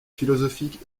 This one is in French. philosophiques